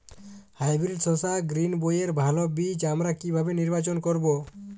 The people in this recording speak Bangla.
হাইব্রিড শসা গ্রীনবইয়ের ভালো বীজ আমরা কিভাবে নির্বাচন করব?